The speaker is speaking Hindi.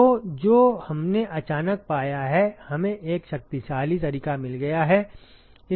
तो जो हमने अचानक पाया है हमें एक शक्तिशाली तरीका मिल गया है